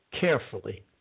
carefully